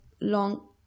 long